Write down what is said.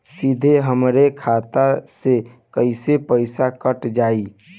सीधे हमरे खाता से कैसे पईसा कट जाई?